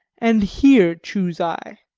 and here choose i